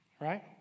Right